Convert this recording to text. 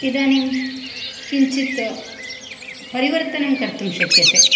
इदानीं किञ्चित् परिवर्तनं कर्तुं शक्यते